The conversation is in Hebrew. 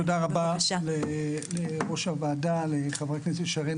תודה רבה לראש הכנסת לחברת הכנסת שרן